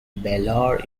baylor